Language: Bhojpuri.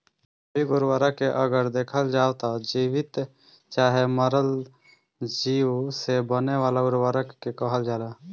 जैविक उर्वरक के अगर देखल जाव त जीवित चाहे मरल चीज से बने वाला उर्वरक के कहल जाला